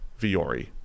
Viori